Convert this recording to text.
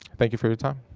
thank you for your time.